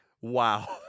Wow